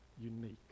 unique